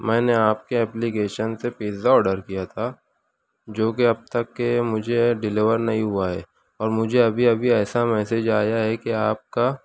میں نے آپ کے ایپلیکیشن سے پزا آڈر کیا تھا جو کہ اب تک کہ مجھے ڈلیور نہیں ہوا ہے اور مجھے ابھی ابھی ایسا میسج آیا ہے کہ آپ کا